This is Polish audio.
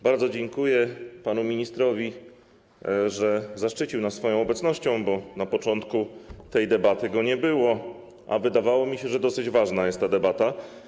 Bardzo dziękuję panu ministrowi, że zaszczycił nas swoją obecnością, bo na początku tej debaty go nie było, a wydawało mi się, że debata jest dosyć ważna.